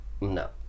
no